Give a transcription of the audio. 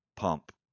pump